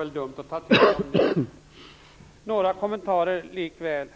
likväl göra några kommentarer.